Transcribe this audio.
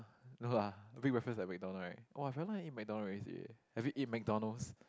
no lah big breakfast at McDonald right !wah! I very long never eat McDonald already seh have you eat McDonald's